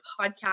podcast